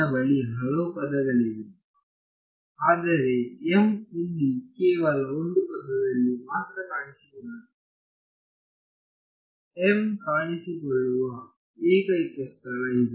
ನನ್ನ ಬಳಿ ಹಲವು ಪದಗಳಿವೆ ಆದರೆ m ಇಲ್ಲಿ ಕೇವಲ ಒಂದು ಪದದಲ್ಲಿ ಮಾತ್ರ ಕಾಣಿಸಿಕೊಳ್ಳುತ್ತಿದೆ m ಕಾಣಿಸಿಕೊಳ್ಳುವ ಏಕೈಕ ಸ್ಥಳ ಇದು